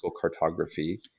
cartography